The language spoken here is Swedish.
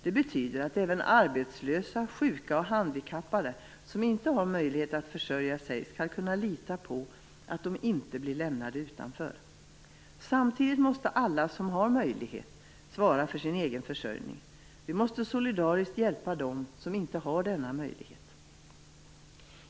Det betyder att även arbetslösa, sjuka och handikappade som inte har möjlighet att försörja sig skall kunna lita på att de inte blir lämnade utanför. Samtidigt måste alla som har möjlighet svara för sin egen försörjning. Vi måste solidariskt hjälpa dem som inte har denna möjlighet.